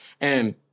And-